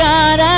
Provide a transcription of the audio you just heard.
God